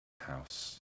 house